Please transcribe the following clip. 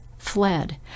Fled